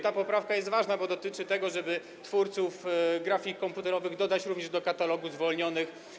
Ta poprawka jest ważna, bo dotyczy tego, żeby twórców grafik komputerowych dodać również do katalogu zwolnionych.